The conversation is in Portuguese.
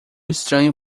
estranho